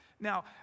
Now